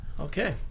Okay